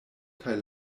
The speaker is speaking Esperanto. kaj